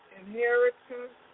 inheritance